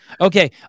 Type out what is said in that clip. Okay